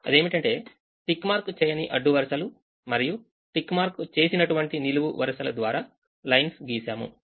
అదేమిటంటే tick mark చేయని అడ్డు వరుసలు మరియు టిక్ ఈ మార్క్ చేసినటువంటి నిలువు వరుసల ద్వారా లైన్స్ గీశాము